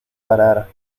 parar